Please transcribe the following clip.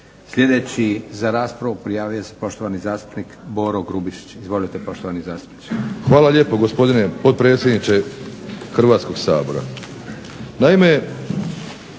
Sljedeći za raspravu prijavio se poštovani zastupnik Boro Grubišić. Izvolite poštovani zastupniče. **Grubišić, Boro (HDSSB)** Hvala lijepo gospodine potpredsjedniče Hrvatskog sabora.